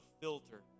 filter